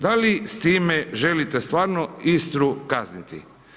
Da li s time želite stvarno Istru kazniti?